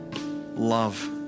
love